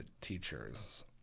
teachers